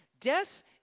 death